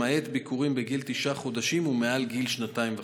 למעט ביקורים בגיל תשעה חודשים ומעל גיל שנתיים וחצי.